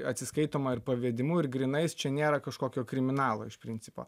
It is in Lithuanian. atsiskaitoma ir pavedimu ir grynais čia nėra kažkokio kriminalo iš principo